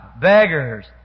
beggars